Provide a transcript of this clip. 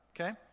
okay